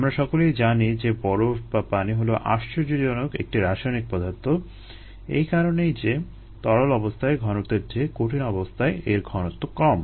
আমরা সকলেই জানি যে বরফ বা পানি হলো আশ্চর্যজনক একটি রাসায়নিক পদার্থ এই কারণে যে তরল অবস্থায় ঘনত্বের চেয়ে কঠিন অবস্থায় এর ঘনত্ব কম